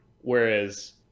Whereas